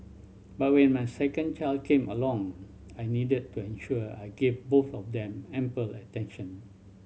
but when my second child came along I needed to ensure I gave both of them ample attention